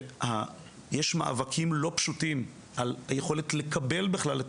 יש מאבקים לא פשוטים על היכולת לקבל בכלל את